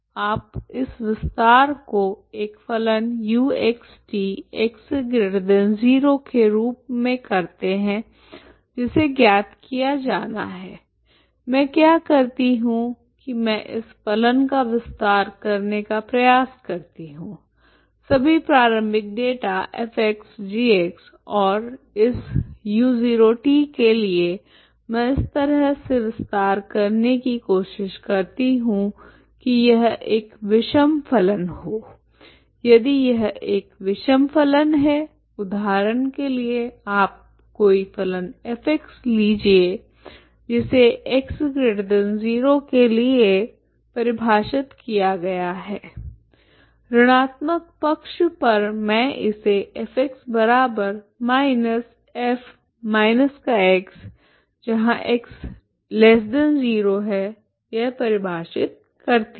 आप इस विस्तार को एक फलन uxt x0 के रूप मे करते हैजिसे ज्ञात किया जाना है मैं क्या करती हूं कि मैं इस फलन का विस्तार करने का प्रयास करती हूं सभी प्रारंभिक डेटा f g और इस u0t के लिए मैं इस तरह से विस्तार करने की कोशिश करती हूं कि यह एक विषम फलन हो यदि यह एक विषम फलन है उदाहरण के लिए आप कोई फलन F लीजिए जिसे x0 के लिए परिभाषित किया गया है ऋणात्मक पक्ष पर मैं इसे F−F−xx0 परिभाषित करती हूँ